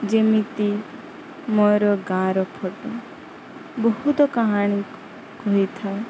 ଯେମିତି ମୋର ଗାଁର ଫଟୋ ବହୁତ କାହାଣୀ ହୋଇଥାଏ